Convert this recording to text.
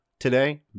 today